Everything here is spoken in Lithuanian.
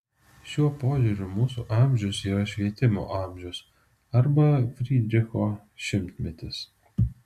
šiuo požiūriu mūsų amžius yra švietimo amžius arba frydricho šimtmetis